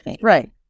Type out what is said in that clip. Right